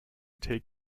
take